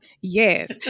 Yes